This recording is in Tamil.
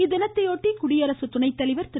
இத்தினத்தையொட்டி குடியரசு துணைத்தலைவா் திரு